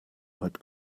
hat